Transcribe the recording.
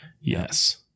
Yes